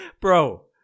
Bro